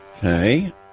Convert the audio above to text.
Okay